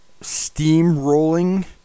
steamrolling